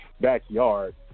backyard